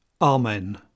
Amen